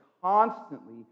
constantly